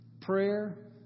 Prayer